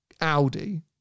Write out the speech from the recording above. Audi